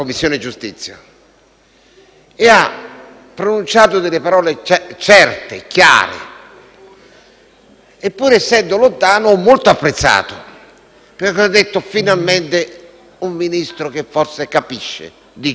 e ha pronunciato delle parole certe, chiare. E pur essendo lontano, ho molto apprezzato, perché ho detto: «Finalmente un Ministro che forse capisce di giustizia».